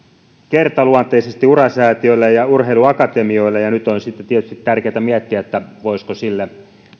kertaluonteisesti ura säätiölle ja urheiluakatemioille ja nyt on sitten tietysti tärkeää miettiä voisiko sille löytää vielä jatkoa ensi